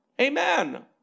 Amen